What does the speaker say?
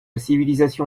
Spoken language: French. civilisation